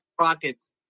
Rockets